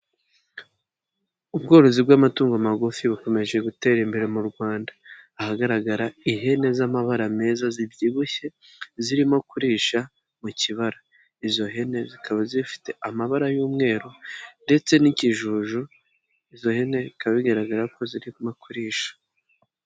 Ubworozi bw'amatungo magufi bukomeje gutera imbere mu Rwanda, ahagaragara ihene z'amabara meza zibyibushye zirimo kurisha mu kibara, izo hene zikaba zifite amabara y'umweru ndetse n'ikijuju, izo hene bikaba bigaragara ko zirimo kurisha.